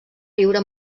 viure